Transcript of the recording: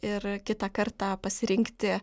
ir kitą kartą pasirinkti